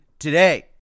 today